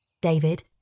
David